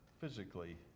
physically